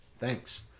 Thanks